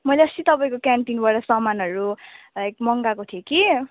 मैले अस्ति तपाईँको क्यान्टिनबाट सामानहरू मगाएको थिएँ कि